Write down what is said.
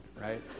right